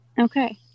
okay